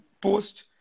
post